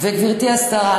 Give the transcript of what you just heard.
וגברתי השרה,